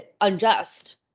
unjust